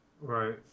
Right